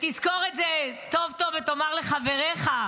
ותזכור את זה טוב-טוב ותאמר לחבריך: